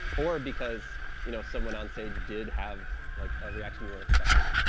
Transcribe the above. or because you know someone on stage did have like a reaction you weren't expecting?